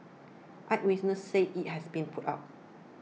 eyewitnesses say it has been put out